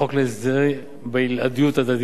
להסדרי בלעדיות הדדיים,